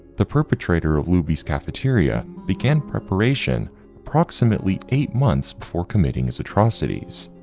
the perpetrator of luby's cafeteria began preparation approximately eight months before committing his atrocities,